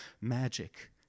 magic